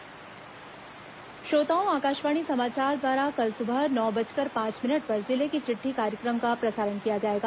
जिले की चिट्ठी श्रोताओं आकाशवाणी समाचार द्वारा कल सुबह नौ बजकर पांच मिनट पर जिले की चिट्ठी कार्यक्रम का प्रसारण किया जाएगा